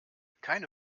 keine